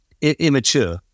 immature